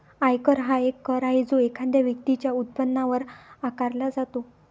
आयकर हा एक कर आहे जो एखाद्या व्यक्तीच्या उत्पन्नावर आकारला जातो